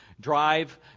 drive